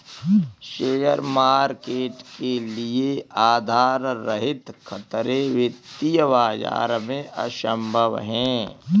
share market के लिये आधार रहित खतरे वित्तीय बाजार में असम्भव हैं